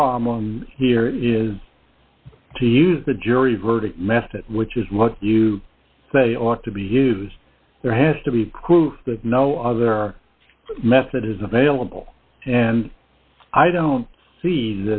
problem here is to use the jury verdict method which is what you say ought to be used there has to be proof that no other method is available and i don't see